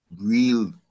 real